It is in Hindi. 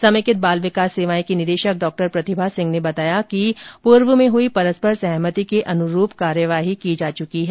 समेकित बाल विकास सेवाएं की निदेशक डॉ प्रतिभा सिंह ने बताया कि पूर्व में हुई परस्पर सहमति के अनुरूप कार्यवाही की जा चुकी है